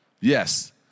Yes